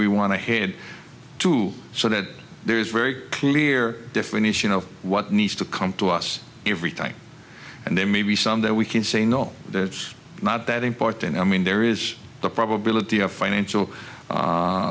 we want to head to so that there is very clear definition of what needs to come to us every time and there may be some that we can say no it's not that important i mean there is the probability of financial